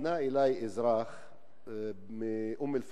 פנה אלי אזרח מאום-אל-פחם,